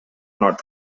north